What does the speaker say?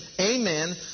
amen